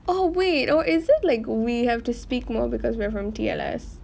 oh wait or is it like we have to speak more because we're from T_L_S